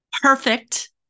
perfect